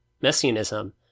messianism